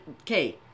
okay